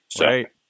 Right